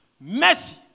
mercy